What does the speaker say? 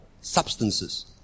substances